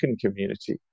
community